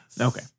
okay